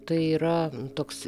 tai yra toks